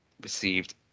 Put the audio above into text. received